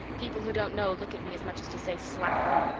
people who don't know look at me as much as to say slacker!